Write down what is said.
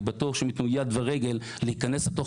ואני בטוח שהם ייתנו יד ורגל להיכנס לתוך